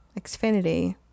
Xfinity